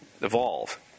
evolve